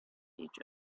each